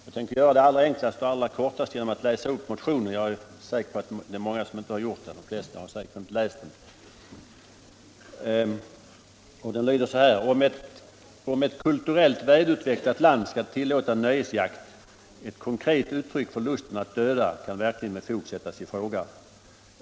Jag gör det allra enklast och allra kortast genom att läsa upp motionen — de flesta här har nog inte läst den. Den lyder så här: ”Om ett kulturellt välutvecklat land skall tillåta nöjesjakt, ett konkret uttryck för lusten att döda, kan verkligen med fog sättas i fråga.